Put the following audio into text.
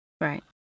right